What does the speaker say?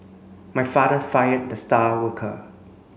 my father fired the star worker